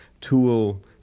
Tool